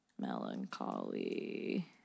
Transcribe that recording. melancholy